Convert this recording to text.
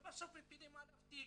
ובסוף מפילים עליו תיק,